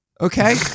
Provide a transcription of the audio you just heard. Okay